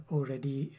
Already